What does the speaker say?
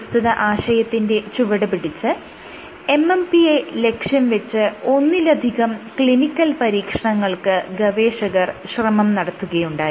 പ്രസ്തുത ആശയത്തിന്റെ ചുവടുപിടിച്ച് MMP യെ ലക്ഷ്യം വെച്ച് ഒന്നിലധികം ക്ലിനിക്കൽ പരീക്ഷണങ്ങൾക്ക് ഗവേഷകർ ശ്രമം നടത്തുകയുണ്ടായി